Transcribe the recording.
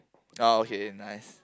oh okay nice